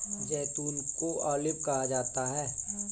जैतून को ऑलिव कहा जाता है